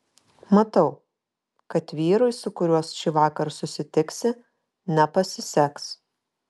matau kad vyrui su kuriuo šįvakar susitiksi nepasiseks